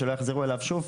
שלא יחזרו אליו שוב,